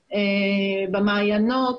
במעיינות,